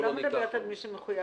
אני לא מדברת על מי שמחויב.